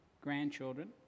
grandchildren